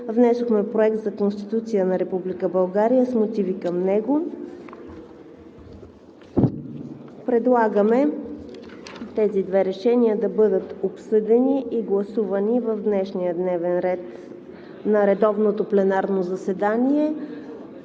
внесохме Проект за Конституция на Република България с мотиви към него. Предлагаме тези две решения да бъдат обсъдени и гласувани в днешния дневен ред на редовното пленарно заседание.